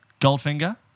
Goldfinger